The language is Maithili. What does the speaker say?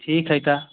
ठीक है तऽ